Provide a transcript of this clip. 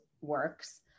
works